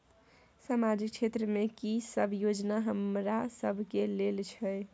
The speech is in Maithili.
सामाजिक क्षेत्र में की सब योजना हमरा सब के लेल छै?